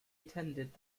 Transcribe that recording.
attended